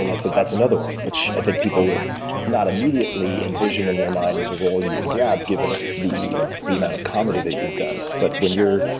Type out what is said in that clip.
and that's that's another, which i think people would not immediately envision in their mind as a role you would grab given the the amount of comedy that you've done. but when you're